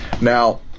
Now